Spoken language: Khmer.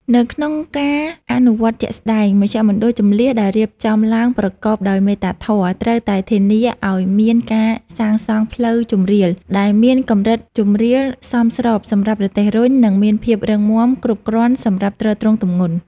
នៅក្នុងការអនុវត្តជាក់ស្តែង មជ្ឈមណ្ឌលជម្លៀសដែលរៀបចំឡើងប្រកបដោយមេត្តាធម៌ ត្រូវតែធានាឱ្យមានការសាងសង់ផ្លូវជម្រាល ដែលមានកម្រិតជម្រាលសមស្របសម្រាប់រទេះរុញ និងមានភាពរឹងមាំគ្រប់គ្រាន់សម្រាប់ទ្រទ្រង់ទម្ងន់។